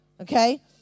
Okay